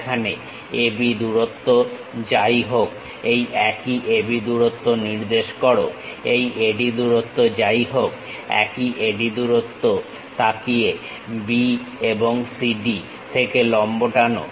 সেখানে AB দূরত্ব যাই হোক এই একই AB দূরত্ব নির্দেশ করো এই AD দূরত্ব যাই হোক একই AD দূরত্বে তাকিয়ে B এবং CD থেকে লম্ব টানো